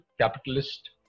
capitalist